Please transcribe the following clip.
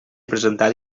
presentada